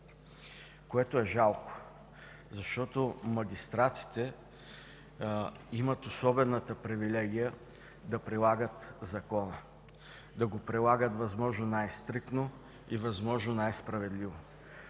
което е жалко, защото магистратите имат особената привилегия да прилагат закона, да го прилагат възможно най-стриктно и възможно най-справедливо.